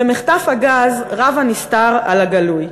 במחטף הגז רב הנסתר על הגלוי.